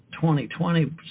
2020